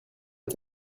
est